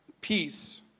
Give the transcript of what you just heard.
peace